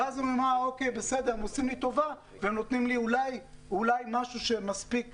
ואז הם כבר עושים טובה ונותנים סכום שמספיק